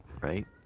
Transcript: right